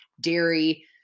dairy